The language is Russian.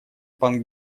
пан